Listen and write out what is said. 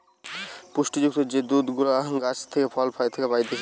পুষ্টি যুক্ত যে দুধ গুলা গাছ থেকে, ফল থেকে পাইতেছে